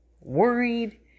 worried